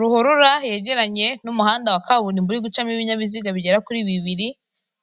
Ruhurura hegeranye n'umuhanda wa kaburimbo uri gucamo ibinyabiziga bigera kuri bibiri,